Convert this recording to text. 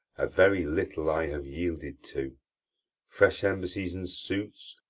a very little i have yielded to fresh embassies and suits,